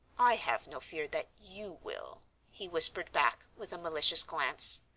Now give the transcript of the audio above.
i have no fear that you will, he whispered back, with a malicious glance.